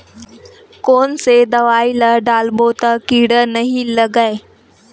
कोन से दवाई ल डारबो त कीड़ा नहीं लगय?